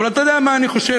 אבל אתה יודע מה אני חושב?